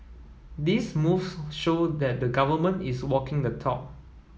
these moves show that the Government is walking the talk